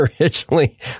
originally